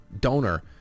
donor